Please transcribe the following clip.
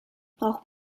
braucht